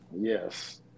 Yes